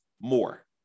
more